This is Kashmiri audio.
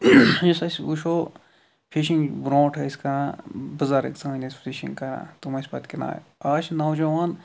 یُس أسۍ وچھُو فِشِنگ برونٹھ ٲسۍ کران بزرگ سٲنۍ ٲسۍ فِشنگ کران تِم ٲسۍ پتہٕ کٕنان آز چھُ نوجوان